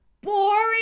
boring